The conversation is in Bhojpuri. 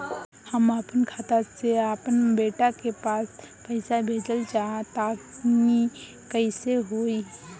हम आपन खाता से आपन बेटा के पास पईसा भेजल चाह तानि कइसे होई?